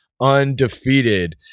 undefeated